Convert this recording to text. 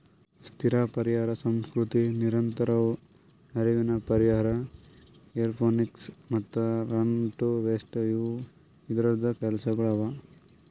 ಸ್ಥಿರ ಪರಿಹಾರ ಸಂಸ್ಕೃತಿ, ನಿರಂತರ ಹರಿವಿನ ಪರಿಹಾರ, ಏರೋಪೋನಿಕ್ಸ್ ಮತ್ತ ರನ್ ಟು ವೇಸ್ಟ್ ಇವು ಇದೂರ್ದು ಕೆಲಸಗೊಳ್ ಅವಾ